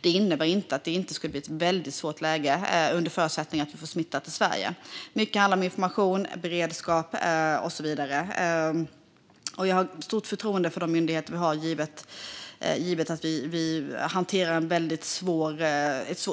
Det innebär inte att det inte skulle bli ett väldigt svårt läge om vi får smittan till Sverige. Mycket handlar om information, beredskap och så vidare. Jag har stort förtroende för våra myndigheter ifall vi